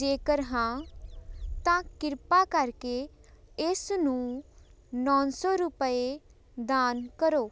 ਜੇਕਰ ਹਾਂ ਤਾਂ ਕਿਰਪਾ ਕਰਕੇ ਇਸ ਨੂੰ ਨੌ ਸੌ ਰੁਪਏ ਦਾਨ ਕਰੋ